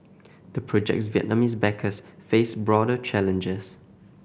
the project's Vietnamese backers face broader challenges